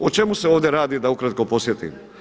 O čemu se ovdje radi da ukratko podsjetim.